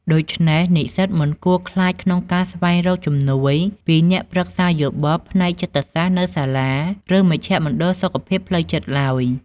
ដូច្នេះ និស្សិតមិនគួរខ្លាចក្នុងការស្វែងរកជំនួយពី អ្នកប្រឹក្សាយោបល់ផ្នែកចិត្តសាស្រ្តនៅសាលា ឬមជ្ឈមណ្ឌលសុខភាពផ្លូវចិត្តឡើយ។